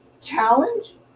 Challenge